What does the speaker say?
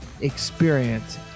experience